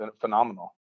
phenomenal